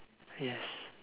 yes